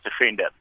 offender